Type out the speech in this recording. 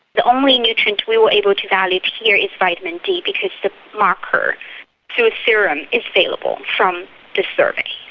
the only nutrient we were able to evaluate here is vitamin d because the marker through a serum is available from this survey.